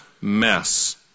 mess